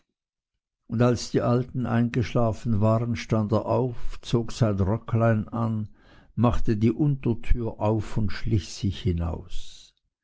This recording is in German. und als die alten eingeschlafen waren stand er auf zog sein röcklein an machte die untertüre auf und schlich sich hinaus